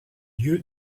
lieu